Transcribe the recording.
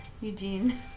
Eugene